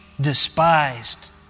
despised